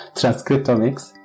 transcriptomics